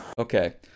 Okay